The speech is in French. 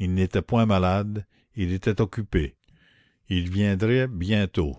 il n'était point malade il était occupé il viendrait bientôt